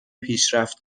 پیشرفت